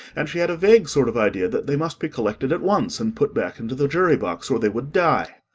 and she had a vague sort of idea that they must be collected at once and put back into the jury-box, or they would die.